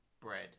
bread